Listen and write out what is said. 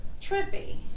Trippy